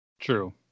True